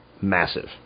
massive